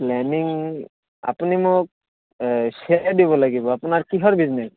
planning আপুনি মোক share দিব লাগিব আপোনাৰ কিহৰ বিজনেছ